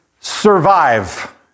survive